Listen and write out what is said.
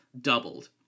doubled